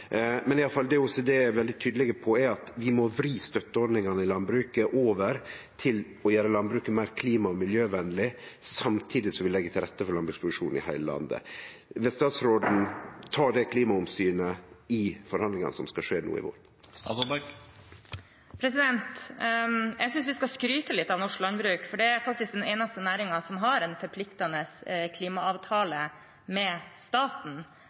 det OECD iallfall er veldig tydelege på, er at vi må vri støtteordningane i landbruket over til å gjere landbruket meir klima- og miljøvenleg, samtidig som vi legg til rette for landbruksproduksjon i heile landet. Vil statsråden ta det klimaomsynet i forhandlingane som skal skje no i vår? Jeg synes vi skal skryte litt av norsk landbruk, for det er faktisk den eneste næringen som har en forpliktende klimaavtale med staten,